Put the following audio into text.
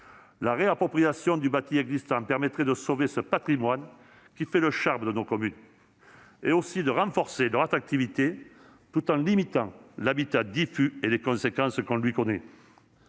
La réappropriation du bâti existant permettrait de sauver le patrimoine qui fait le charme de nos communes et de renforcer leur attractivité tout en limitant l'habitat diffus et ses conséquences. Bien